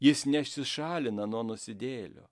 jis nesišalina nuo nusidėjėlio